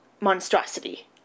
monstrosity